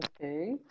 Okay